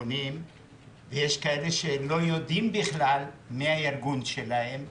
יש מי שלא יודעים בכלל מי הארגון שלהם,